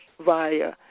via